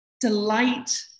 Delight